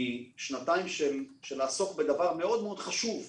משנתיים של עיסוק בדבר חשוב מאוד,